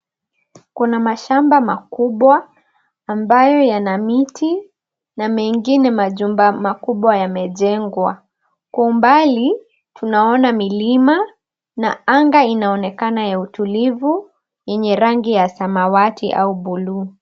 Kuna mashamba makubwa ambayo yana miti na mengine majumba makubwa yamejengwa. Kwa umbali, tunaona milima na anga inaonekana ya utulivu yenye rangi ya samawati au buluu.